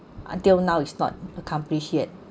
until now it's not accomplish yet